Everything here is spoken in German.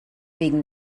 wegen